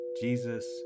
Jesus